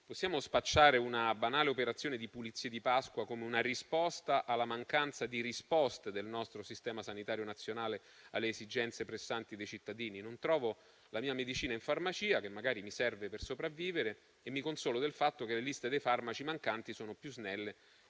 Possiamo spacciare una banale operazione di pulizie di Pasqua come una risposta alla mancanza di risposte del nostro sistema sanitario nazionale alle esigenze pressanti dei cittadini? Non trovo la mia medicina in farmacia, che magari mi serve per sopravvivere, e mi consolo del fatto che le liste dei farmaci mancanti sono più snelle